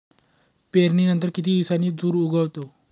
पेरणीनंतर किती दिवसांनी तूर उगवतो?